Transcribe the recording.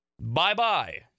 bye-bye